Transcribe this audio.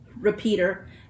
repeater